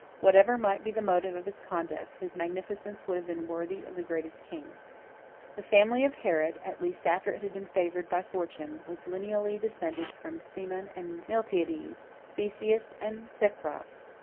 whatever might be the motive of his conduct, his magnificence would have been worthy of the greatest kings the family of herod, at least after it had been favored by fortune, was lineally descended from cimon and miltiades, theseus and cecrops,